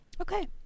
Okay